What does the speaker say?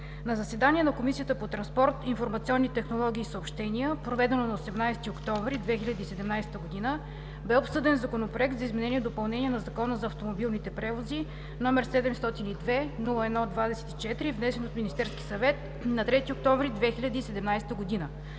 На заседание на Комисията по транспорт, информационни технологии и съобщения, проведено на 18 октомври 2017 г., бе обсъден Законопроект за изменение и допълнение на Закона за автомобилните превози, № 702-01-24, внесен от Министерския съвет на 3 октомври 2017 г.